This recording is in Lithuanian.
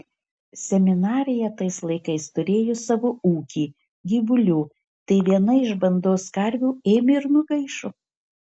seminarija tais laikais turėjo savo ūkį gyvulių tai viena iš bandos karvių ėmė ir nugaišo